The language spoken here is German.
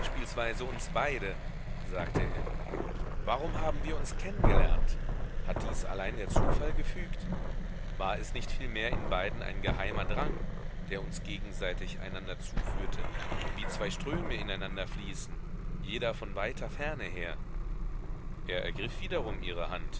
uns beide sagte er warum haben wir uns kennen gelernt hat dies allein der zufall gefügt war es nicht vielmehr in beiden ein geheimer drang der uns gegenseitig einander zuführte wie zwei ströme ineinander fließen jeder von weiter ferne her er ergriff wiederum ihre hand